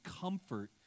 comfort